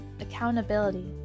accountability